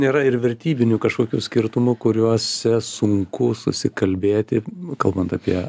nėra ir vertybinių kažkokių skirtumų kuriuos sunku susikalbėti kalbant apie